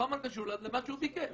חומר למה שהוא ביקש.